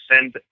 send